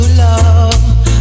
love